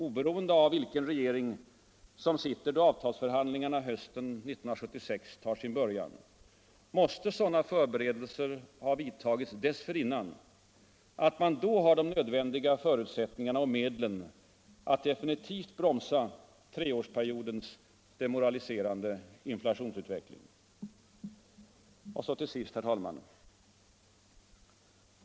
Oberoende av vilken regering som sitter då avtalsförhandlingarna hös ten 1976 tar sin början måste sådana förberedelser ha vidtagits dessförinnan, att man då har de nödvändiga förutsättningarna och medlen att definitivt bromsa treårsperiodens demoraliserande inflationsutveckling. Och så till sist — herr talman.